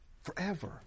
Forever